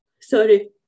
Sorry